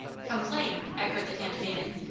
complain! echoed the handmaiden.